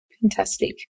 Fantastic